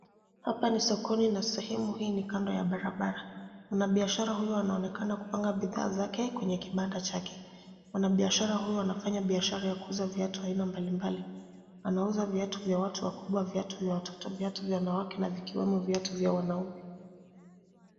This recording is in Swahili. Hapa ni sokoni na sehemuhii ni kando ya barabara. Mwanabiashara huyu anaonekana kupanga bidhaa zake kwenye kibanda chake. Mwanabiashara huyo anafanya kazi ya kuuza viatu mbalimbali, anauza viatu vya watu wakubwa, viatu vya watoto, viatu vya wanawake na vikiwemo viatu vya wanaume.